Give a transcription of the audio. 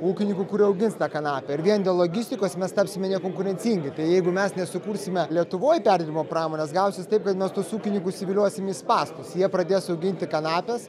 ūkininkų kurie augins tą kanapę ir vien dėl logistikos mes tapsime nekonkurencingi tai jeigu mes nesukursime lietuvoj perdirbimo pramonės gausis taip kad mes tuos ūkininkus įviliosim į spąstus jie pradės auginti kanapes